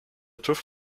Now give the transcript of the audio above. tüv